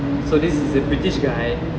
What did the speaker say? so this is a british guy